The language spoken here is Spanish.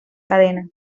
cadena